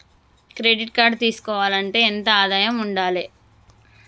Credit card తీసుకోవాలంటే ఎంత ఆదాయం ఉండాలే?